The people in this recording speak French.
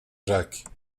jacques